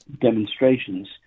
demonstrations